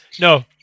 No